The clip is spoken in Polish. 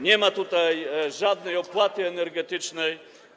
Nie ma tutaj żadnej opłaty energetycznej.